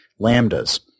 lambdas